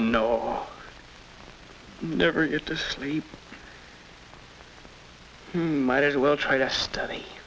no never get to sleep he might as well try to study